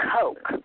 Coke